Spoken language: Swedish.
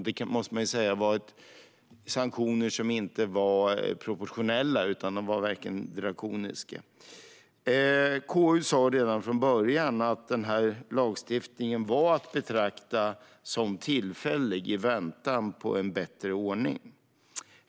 Det måste man säga var sanktioner som inte var proportionella utan verkligen drakoniska. KU sa redan från början att denna lagstiftning var att betrakta som tillfällig, i väntan på en bättre ordning.